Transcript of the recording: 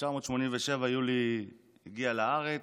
ב-1987 יולי הגיע לארץ,